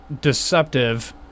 deceptive